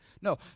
No